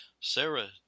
Sarah